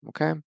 Okay